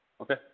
Okay